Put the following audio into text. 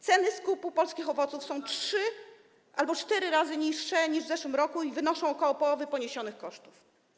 Ceny skupu polskich owoców są trzy albo cztery razy niższe niż w zeszłym roku i wynoszą około połowy poniesionych kosztów.